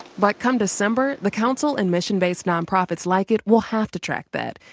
but come december, the council and mission-based nonprofits like it will have to track that.